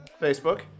Facebook